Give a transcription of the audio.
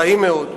טעים מאוד.